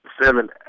seven